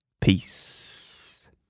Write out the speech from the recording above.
Peace